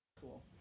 Cool